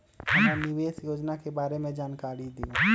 हमरा निवेस योजना के बारे में जानकारी दीउ?